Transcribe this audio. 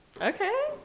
Okay